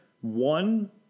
one